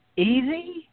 Easy